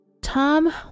Tom